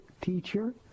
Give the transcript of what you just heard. teacher